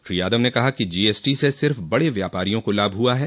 श्री यादव ने कहा कि जीएसटी से सिर्फ बड़े व्यापारियों को लाभ हुंआ है